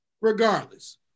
regardless